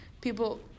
people